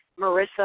Marissa